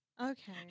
Okay